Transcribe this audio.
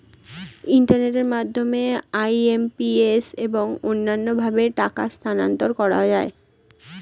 ইন্টারনেটের মাধ্যমে আই.এম.পি.এস এবং অন্যান্য ভাবে টাকা স্থানান্তর করা যায়